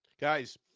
guys